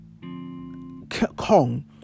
Kong